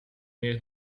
meer